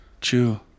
Chew